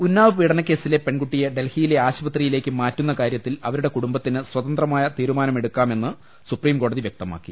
ഉന്നാവ് പീഡന കേസിലെ പെൺകുട്ടിയെ ഡൽഹിയിലെ ആശുപത്രിയിലേക്ക് മാറ്റുന്ന കാര്യത്തിൽ അവരുടെ കുടുംബ ത്തിന് സ്വതന്ത്രമായ തീരുമാനമെടുക്കാമെന്ന് സുപ്രീംകോടതി വ്യക്തമാക്കി